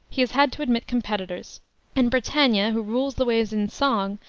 he has had to admit competitors and britannia, who rules the waves in song,